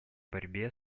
борьбе